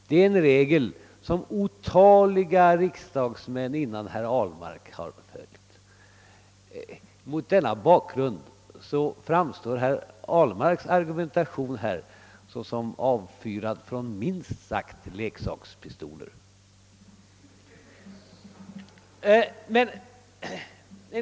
Detta är en regel som otaliga riksdagsmän före herr Ahlmark brukat följa. Mot denna bakgrund framstår herr Ahlmarks argumentation som minst sagt avfyrad från leksakspistoler.